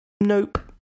nope